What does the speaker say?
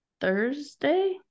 Thursday